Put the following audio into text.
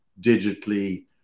digitally